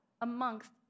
amongst